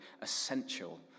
essential